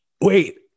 wait